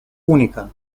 única